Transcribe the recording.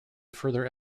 further